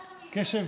קשב,